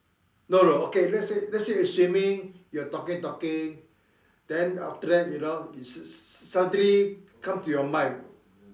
no no okay let's say let's say assuming you are talking talking then after that you know it s~ s~ suddenly come to your mind